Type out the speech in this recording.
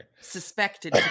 suspected